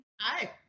Hi